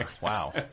Wow